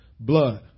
Blood